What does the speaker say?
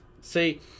See